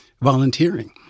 volunteering